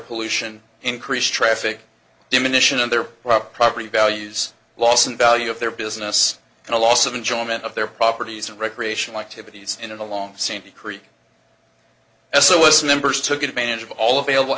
pollution increased traffic diminish and their property values loss and value of their business and a loss of enjoyment of their properties and recreational activities in the long seen creek as it was members took advantage of all available